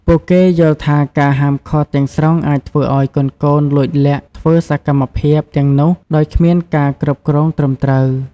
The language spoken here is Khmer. ពួកគេយល់ថាការហាមឃាត់ទាំងស្រុងអាចធ្វើឱ្យកូនៗលួចលាក់ធ្វើសកម្មភាពទាំងនោះដោយគ្មានការគ្រប់គ្រងត្រឹមត្រូវ ។